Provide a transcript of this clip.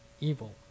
evil